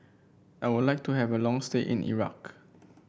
I would like to have a long stay in Iraq